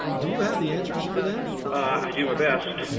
do you have the answers for them? i do my best.